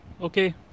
Okay